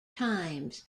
times